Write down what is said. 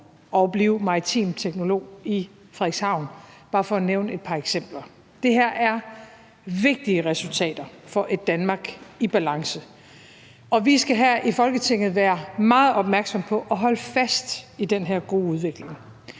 og blive maritim teknolog i Frederikshavn – bare for at nævne et par eksempler. Det her er vigtige resultater for et Danmark i balance. Vi skal her i Folketinget være meget opmærksomme på at holde fast i den her gode udvikling,